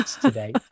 today